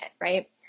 right